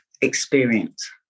experience